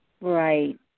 Right